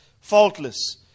faultless